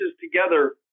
together